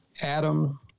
Adam